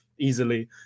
easily